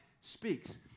speaks